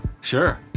Sure